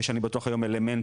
אני בטוח שיש היום אלמנטים,